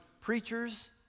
preachers